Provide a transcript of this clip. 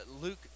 Luke